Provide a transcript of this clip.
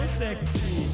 sexy